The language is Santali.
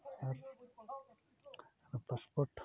ᱟᱨ ᱟᱫᱚ ᱯᱟᱥᱯᱳᱨᱴ